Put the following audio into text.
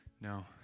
No